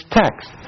text